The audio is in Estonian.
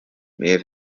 meie